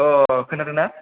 औ खोनादों ना